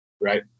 Right